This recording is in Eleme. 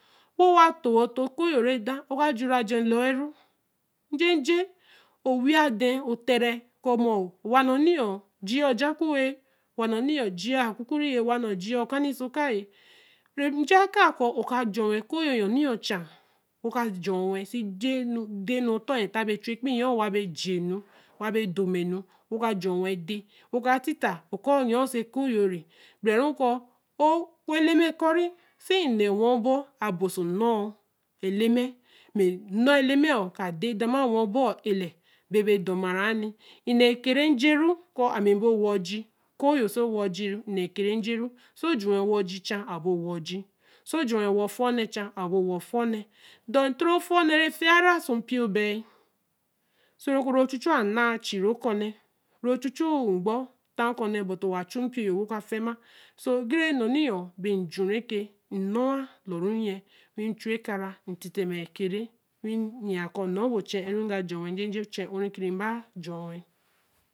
To wa tōo e kun yo wen ra i-han oka jure jor lor wuru njeje owi ya tare koo ma owa yo nni be jiya jakpo wa nno jiya okukure owa nno jiya okani oso oka ē mja kāa kōo oka jor wen okuu yo cha woka jor wen se nden nu re chu epeii yoo doma nu wo ka jor nden woka ti-ta o kōo yooh se kuu yo re gbere koo o ku eleme se nee wa bor a bāā oso nno eleme n nno eleme ka de-ihan ma wa obol eley be bedor mara nni enēē kere njeru kōō ami bo owa eji kuu se owa ojire enee ke re njeru so jor wen owa oji cha a o bo owa oji oso jor wen owa ofea nee cha a o bo owa o fea nee than toro fea nee re fea ya ra oso npio baa yin so ru ke ru chu-chu ana chiru ku nee ru chu-chu nkpo ta ocu nēe buti wa chu npio wa ka fea ma sa o gure nu nii bi ju re ke nno wa lor ru ear wi chu ekara nti te ma ekere wi yin yen kōo nno bo ochen ō re ga jorwa njeje ochen ore ki bejor wen